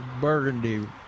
Burgundy